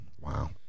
wow